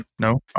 No